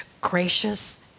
gracious